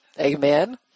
Amen